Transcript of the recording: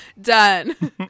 done